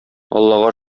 аллага